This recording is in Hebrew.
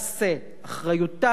אחריותה של המדינה.